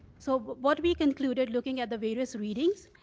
so what we concluded looking at the various readings,